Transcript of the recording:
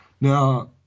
Now